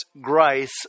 grace